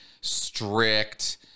strict